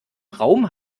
raum